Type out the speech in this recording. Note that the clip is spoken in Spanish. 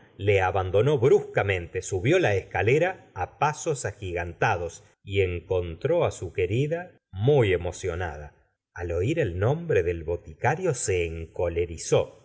le abandonó bruscamente subió la escalera á pasos agigantados y encontr á su querida muy emocio nada al oir el nombre del boticario se encolerizó sin